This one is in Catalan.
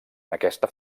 aquesta